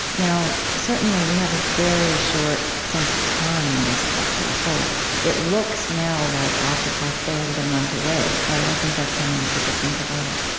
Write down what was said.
now, certainly, we have a very short sense of time in this culture. so it looks now like occupy failed and went away, right? i think that's how many people think about it.